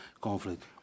conflict